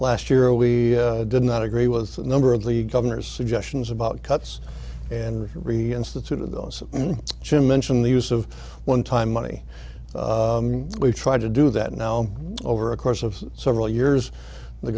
last year we did not agree with a number of the governors suggestions about cuts and reinstitute of those jim mentioned the use of one time money we tried to do that now over a course of several years the